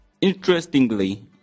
interestingly